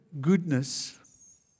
goodness